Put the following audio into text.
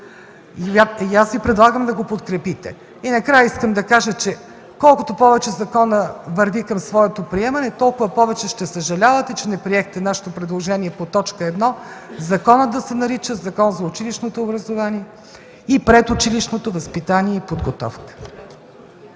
стандарт. Предлагам Ви да го подкрепите. Накрая искам да кажа, че колкото повече законът върви към своето приемане, толкова повече ще съжалявате, че не приехте нашето предложение по т. 1 законът да се нарича „Закон за училищното образование и предучилищното възпитание и подготовка”.